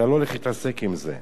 אתה לא הולך להתעסק עם זה.